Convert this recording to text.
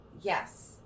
Yes